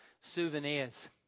souvenirs